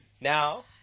Now